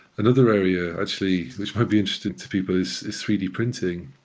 another area actually which might be interesting to people is is three d printing.